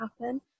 happen